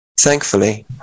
Thankfully